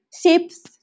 shapes